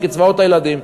מקצבאות הילדים,